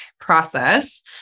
process